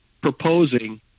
proposing